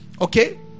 Okay